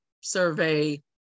survey